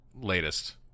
latest